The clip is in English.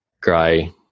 grey